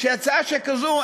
שהצעה שכזאת,